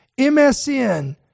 MSN